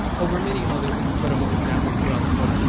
over many other incredible examples throughout the book,